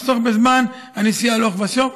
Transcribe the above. לחסוך בזמן הנסיעה הלוך ושוב.